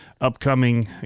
upcoming